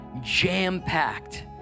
jam-packed